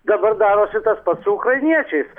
dabar darosi tas pat su ukrainiečiais